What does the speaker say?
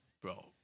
Bro